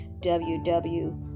www